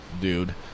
dude